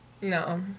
No